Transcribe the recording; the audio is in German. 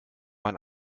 man